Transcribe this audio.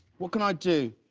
what can i do?